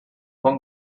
bon